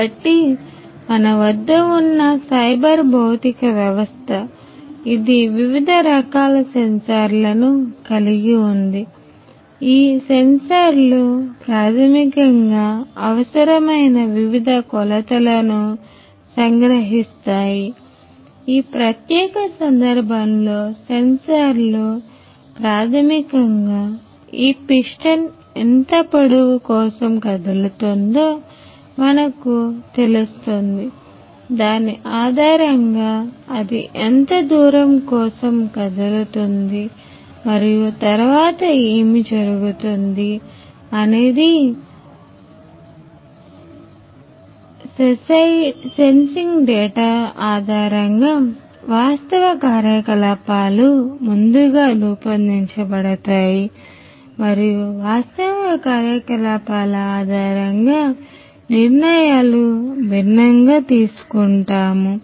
కాబట్టి మన వద్ద ఉన్న సైబర్ భౌతిక వ్యవస్థ ఇది వివిధ రకాల సెన్సార్లను ఆధారంగా వాస్తవ కార్యకలాపాలు ముందుగా రూపొందించబడతాయి మరియు వాస్తవ కార్యకలాపాల ఆధారంగా నిర్ణయాలు భిన్నంగా తీసుకుంటాము